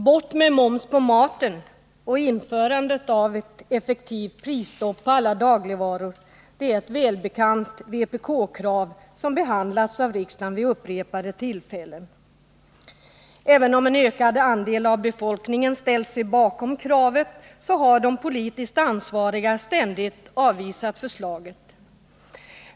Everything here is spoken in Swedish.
Bort med moms på maten och införande av ett effektivt prisstopp på alla dagligvaror är ett välbekant vpk-krav som behandlats av riksdagen vid upprepade tillfällen. Även om en ökad andel av befolkningen ställt sig bakom kravet har de politiskt ansvariga ständigt avvisat förslaget.